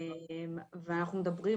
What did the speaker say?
אנחנו מדברים,